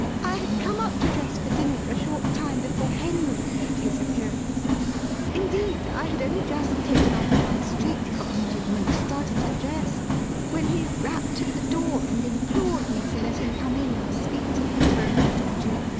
i had come up to dress for dinner a short time before henry made his appearance indeed, i had only just taken off my street costume and started to dress when he rapped at the door and implored me to let him come in and speak to me for a minute or two.